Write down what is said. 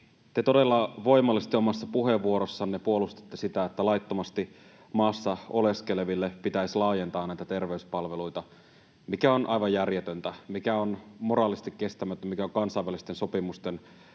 te todella voimallisesti omassa puheenvuorossanne puolustitte sitä, että laittomasti maassa oleskeleville pitäisi laajentaa näitä terveyspalveluita, mikä on aivan järjetöntä, mikä on moraalisesti kestämätöntä, mikä on kansainvälisten sopimusten